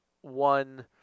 one